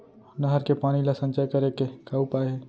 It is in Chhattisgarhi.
नहर के पानी ला संचय करे के का उपाय हे?